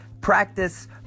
practice